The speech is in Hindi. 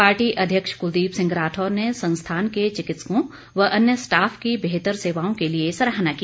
पार्टी अध्यक्ष कुलदीप सिंह राठौर ने संस्थान के चिकित्सकों व अन्य स्टाफ की बेहतर सेवाओं के लिए सराहना की